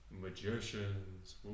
Magicians